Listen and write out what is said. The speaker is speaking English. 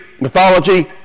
mythology